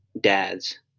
dads